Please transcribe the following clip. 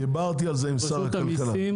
דיברתי על זה עם משרד הכלכלה.